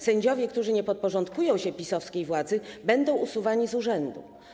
Sędziowie, którzy nie podporządkują się PiS-owskiej władzy, będą usuwani z urzędu.